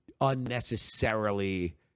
unnecessarily